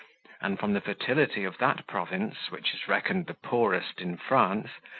and from the fertility of that province, which is reckoned the poorest in france,